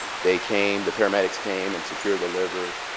they came, the paramedics came and secured the liver,